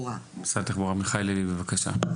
משרד התחבורה, עמיחי לוי, בבקשה.